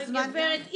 גברת,